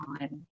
on